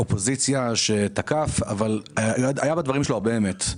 מהאופוזיציה - היו בדברים שלו הרבה אמת.